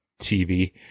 TV